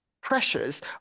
pressures